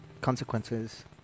consequences